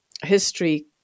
history